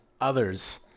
others